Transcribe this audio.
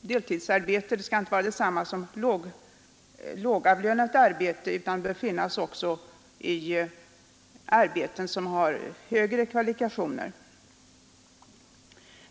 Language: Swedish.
deltidsarbete inte blir detsamma som lågavlönat arbete. Det bör finnas deltidsarbete också i sådana arbeten som kräver högre kvalifikationer.